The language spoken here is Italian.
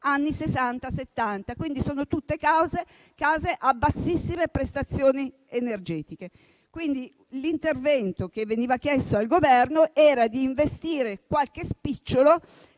Settanta), quindi sono tutte case a bassissime prestazioni energetiche. L'intervento che veniva chiesto al Governo era di investire qualche spicciolo